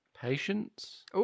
Patience